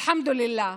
אלחמדולילה.